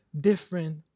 different